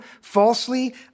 falsely